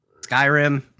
Skyrim